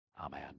Amen